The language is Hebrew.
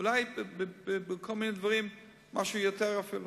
אולי בכל מיני דברים יותר, אפילו.